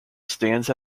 stands